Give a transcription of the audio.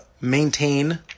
maintain